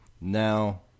now –